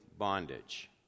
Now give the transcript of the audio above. bondage